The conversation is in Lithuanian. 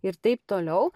ir taip toliau